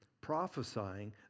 prophesying